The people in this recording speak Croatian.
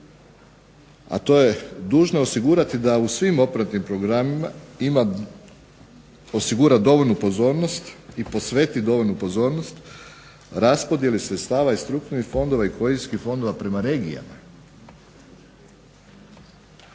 a to je dužno je osigurati da u svim operativnim programima osigura dovoljnu pozornost i posveti dovoljnu pozornost raspodjeli sredstava iz strukturnih fondova i kohezijskih fondova prema regijama.